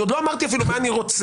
עוד לא אמרתי אפילו מה אני רוצה.